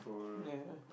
ya